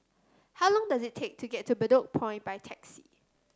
how long does it take to get to Bedok Point by taxi